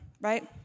right